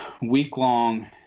week-long